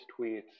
tweets